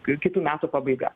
kitų metų pabaiga